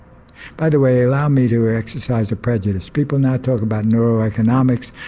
by the way allow me to exercise a prejudice people now talk about neuroeconomics,